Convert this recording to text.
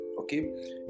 okay